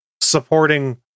supporting